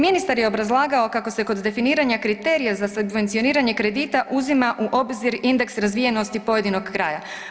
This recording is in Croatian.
Ministar je obrazlagao kako se kod definiranje kriterija za subvencioniranje kredita uzima u obzir indeks razvijenosti pojedinog kraja.